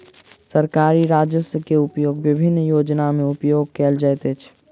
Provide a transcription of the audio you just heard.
सरकारी राजस्व के उपयोग विभिन्न योजना में उपयोग कयल जाइत अछि